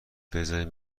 بزارین